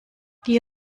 die